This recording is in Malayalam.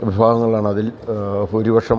വിഭാഗങ്ങൾ ആണതിൽ ഭൂരിപക്ഷം